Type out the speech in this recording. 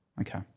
Okay